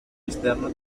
esterno